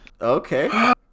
okay